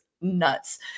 nuts